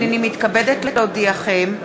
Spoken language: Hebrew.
הנני מתכבדת להודיעכם,